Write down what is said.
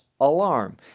alarm